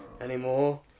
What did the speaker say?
anymore